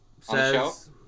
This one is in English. says